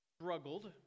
struggled